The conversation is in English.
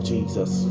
Jesus